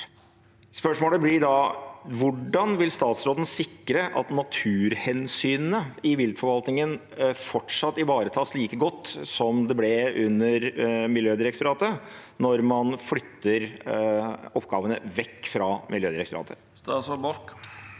Hvordan vil statsråden sikre at naturhensynene i viltforvaltningen fortsatt ivaretas like godt som de ble under Miljødirektoratet, når man flytter oppgavene vekk fra Miljødirektoratet? Statsråd